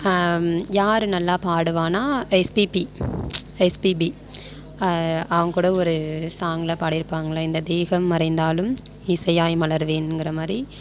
யார் நல்லா பாடுவான்னா எஸ்பிபி எஸ்பிபி அவங்கக்கூட ஒரு சாங்கில் பாடியிருப்பாங்கல்ல இந்த தேகம் மறைந்தாலும் இசையாய் மலருவேன்ங்கிற மாதிரி